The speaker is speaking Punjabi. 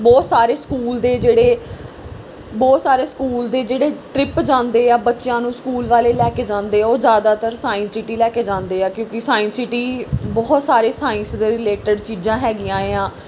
ਬਹੁਤ ਸਾਰੇ ਸਕੂਲ ਦੇ ਜਿਹੜੇ ਬਹੁਤ ਸਾਰੇ ਸਕੂਲ ਦੇ ਜਿਹੜੇ ਟਰਿੱਪ ਜਾਂਦੇ ਆ ਬੱਚਿਆਂ ਨੂੰ ਸਕੂਲ ਵਾਲੇ ਲੈ ਕੇ ਜਾਂਦੇ ਆ ਉਹ ਜ਼ਿਆਦਾਤਰ ਸਾਇੰਸ ਸਿਟੀ ਹੀ ਲੈ ਕੇ ਜਾਂਦੇ ਆ ਕਿਉਂਕਿ ਸਾਇੰਸ ਸਿਟੀ ਬਹੁਤ ਸਾਰੇ ਸਾਇੰਸ ਦੇ ਰਿਲੇਟਡ ਚੀਜ਼ਾਂ ਹੈਗੀਆਂ ਆ